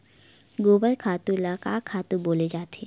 गोबर खातु ल का खातु बोले जाथे?